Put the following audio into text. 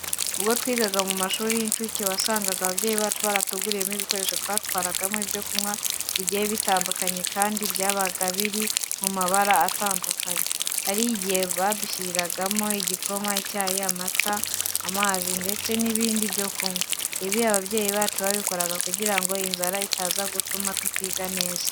Ubwo twigaga mu mashuri y'inshuke wasangaga ababyeyi bacu baratuguriye ibikoresho twatwaragamo ibyo kunywa bigiye bitandukanye kandi byabaga biri mu mabara anyuranye. Hari igihe badushyiriragamo igikoma, icyayi, amata, amazi ndetse n'ibindi byo kunywa. Ibi ababyeyi bacu babikoraga kugira ngo inzara itaza gutuma tutiga neza.